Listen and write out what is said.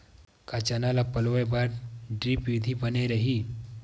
का चना ल पलोय बर ड्रिप विधी बने रही?